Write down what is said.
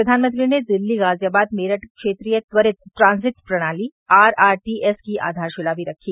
प्रधानमंत्री ने दिल्ली गाजियाबाद मेरठ क्षेत्रीय त्वरित ट्रांजिट प्रणाली आरआरटीएसकी आधारशिला भी रखी